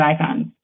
icons